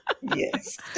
Yes